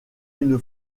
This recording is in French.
une